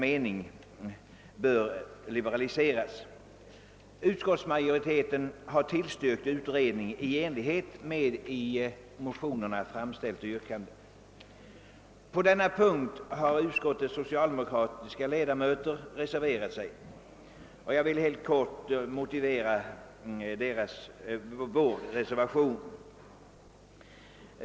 styrkt utredning i enlighet med i motionerna framställt yrkande. Utskottets socialdemokratiska ledamöter har reserverat sig, och jag vill helt kort motivera vår reservation.